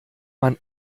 man